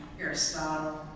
Aristotle